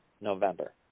November